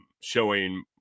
showing